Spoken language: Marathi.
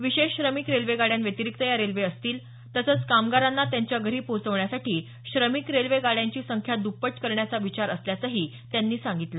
विशेष श्रमिक रेल्वेगाड्यांव्यतिरिक्त या रेल्वे असतील तसंच कामगारांना त्यांच्या घरी पोहोवचण्यासाठी श्रमिक रेल्वे गाड्यांची संख्या दुप्पट करण्याचा विचार असल्याचं त्यांनी सांगितलं